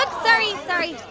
ah sorry. sorry.